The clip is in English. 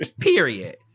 Period